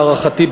להערכתי,